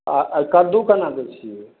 आओर कद्दू केना दै छियै